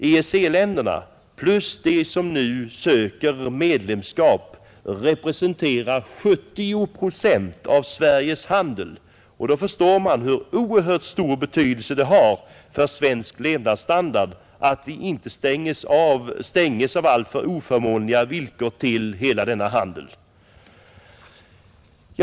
EEC-länderna plus de som nu söker medlemskap representerar 70 procent av Sveriges handel, och då förstår man hur oerhört stor betydelse det har för svensk levnadsstandard att vi inte av alltför oförmånliga villkor stänges ute från hela denna handel.